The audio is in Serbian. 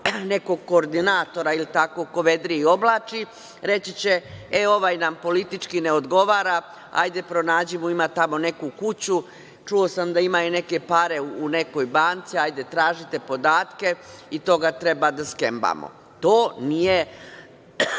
nekog koordinatora ili tako, ko vedri i oblači, reći će – e, ovaj nam politički ne odgovara, hajde pronađi mu, ima tamo neku kuću, čuo sam da ima i neke pare u nekoj banci, hajde traži te podatke i toga treba da skembamo. To nije